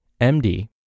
MD